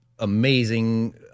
amazing